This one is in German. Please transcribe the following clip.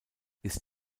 ist